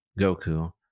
Goku